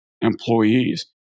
employees